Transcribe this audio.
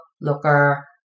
Looker